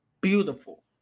beautiful